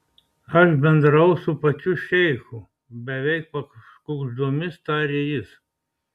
aš bendravau su pačiu šeichu beveik pakuždomis tarė jis